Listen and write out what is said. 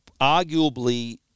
arguably